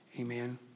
Amen